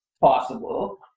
possible